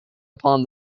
upon